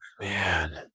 Man